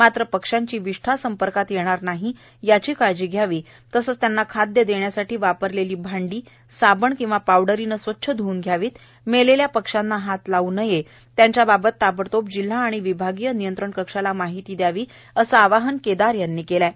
मात्र पक्षांची विष्ठा संपर्कात येणार नाही याची काळजी घ्यावी तसंच त्यांना खाद्य देण्यासाठी वापरलेली भांडी साबण किंवा पावडरीनं स्वच्छ ध्ऊन घ्यावीत मेलेल्य पक्ष्यांना हात लावू नये त्यांच्याबाबत ताबडतोब जिल्हा आणि विभागीय नियंत्रण कक्षाला माहिती द्यावी असं आवाहन केदार यांनी केलं आहे